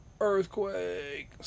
Earthquake